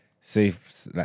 safe